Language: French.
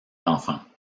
enfants